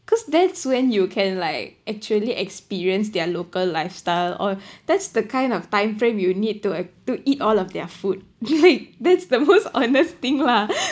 because that's when you can like actually experience their local lifestyle or that's the kind of timeframe you need to ea~ to eat all of their food like that's the most honest thing lah